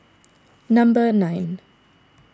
number nine